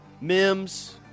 Mims